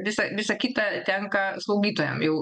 visa visa kita tenka slaugytojom jau